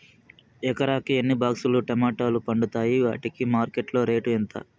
ఎకరాకి ఎన్ని బాక్స్ లు టమోటాలు పండుతాయి వాటికి మార్కెట్లో రేటు ఎంత?